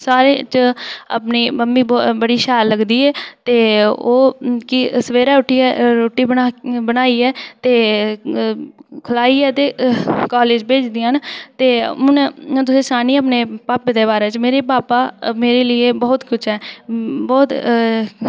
साढ़े च अपनी मम्मी बड़ी शैल लगदी ऐ ते ओह् सवेरे उठियै रुट्टी बनाइयै ते खलाइयै ते कालेज भेजदियां न ते हून सनान्नी आं अपने भापै दे बारे च मेरे भापा मेरे लेई बहुत किश ऐं बहुत